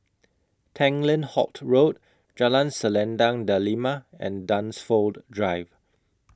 Tanglin Halt Road Jalan Selendang Delima and Dunsfold Drive